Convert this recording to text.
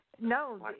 No